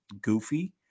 goofy